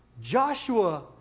Joshua